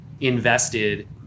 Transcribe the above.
invested